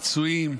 פצועים,